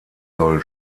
soll